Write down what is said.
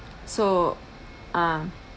so ah